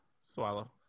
swallow